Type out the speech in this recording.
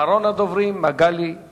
ואחריו, אחרון הדוברים, חבר הכנסת מגלי והבה.